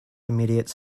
immediate